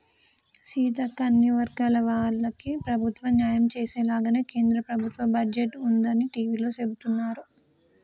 సీతక్క అన్ని వర్గాల వాళ్లకి ప్రభుత్వం న్యాయం చేసేలాగానే కేంద్ర ప్రభుత్వ బడ్జెట్ ఉందని టివీలో సెబుతున్నారు